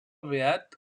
beat